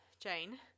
Jane